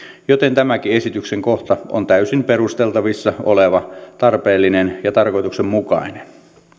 joten tämäkin esityksen kohta on täysin perusteltavissa oleva tarpeellinen ja tarkoituksenmukainen